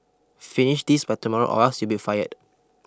finish this by tomorrow or else you'll be fired